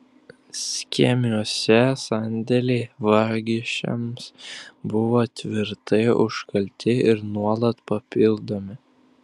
skėmiuose sandėliai vagišiams buvo tvirtai užkalti ir nuolat papildomi